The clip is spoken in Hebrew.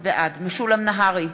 בעד משולם נהרי,